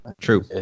True